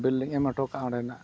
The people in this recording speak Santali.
ᱞᱤᱧ ᱮᱢ ᱦᱚᱴᱚ ᱠᱟᱜᱼᱟ ᱚᱸᱰᱮ ᱱᱟᱜ